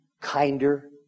kinder